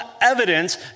evidence